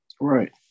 right